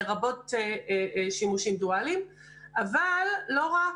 לרבות שימושים דואליים; אבל לא רק,